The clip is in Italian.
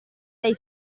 dai